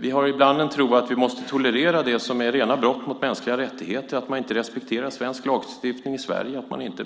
Vi har ibland en tro att vi måste tolerera det som är rena brott mot mänskliga rättigheter, att man inte respekterar svensk lagstiftning i Sverige, att man inte